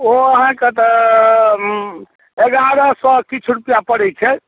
ओ अहाँके तऽ एगारह सए किछु रुपैआ पड़ै छै